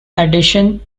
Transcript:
addition